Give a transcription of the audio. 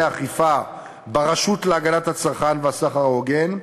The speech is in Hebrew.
האכיפה ברשות להגנת הצרכן והסחר ההוגן,